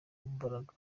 mbaraga